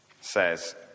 says